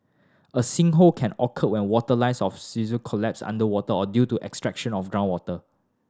a sinkhole can occur when water lines of see sir collapse underwater or due to extraction of groundwater